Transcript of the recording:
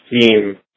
theme